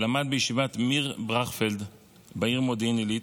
למד בישיבת מיר ברכפלד בעיר מודיעין עילית.